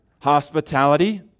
Hospitality